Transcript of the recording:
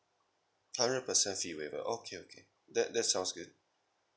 hundred percent fee waiver okay okay that that sounds good